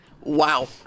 Wow